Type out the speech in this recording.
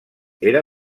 era